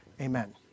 Amen